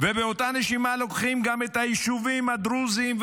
ובאותה נשימה לוקחים גם את היישובים הדרוזיים,